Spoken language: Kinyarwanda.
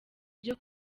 byo